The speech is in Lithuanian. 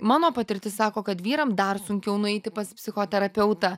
mano patirtis sako kad vyram dar sunkiau nueiti pas psichoterapeutą